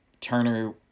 Turner